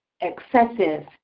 excessive